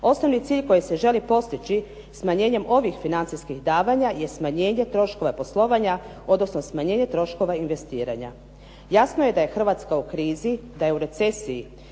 Osnovni cilj koji se želi postići, smanjenjem ovih financijskih davanja jest smanjenje troškova poslovanja odnosno smanjenje troškova investiranja. Jasno je da je Hrvatska u krizi, da je u recesiji,